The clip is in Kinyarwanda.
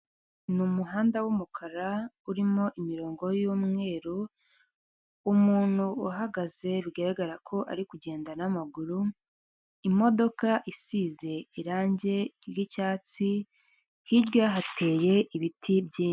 Ni umuhanda w'umukara urimo imirongo y'umweru, umuntu uhagaze bigaragara ko ari kugenda n'amaguru, imodoka isize irangi ry'icyatsi, hirya hateye ibiti byinshi.